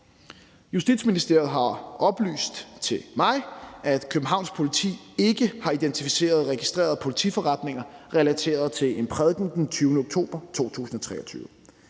Justitsministeriet har oplyst til mig, at Københavns Politi ikke har identificeret eller registreret politiforretninger relateret til en prædiken den 20. oktober 2023.